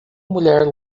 mulher